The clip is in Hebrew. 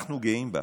אנחנו גאים בך.